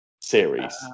series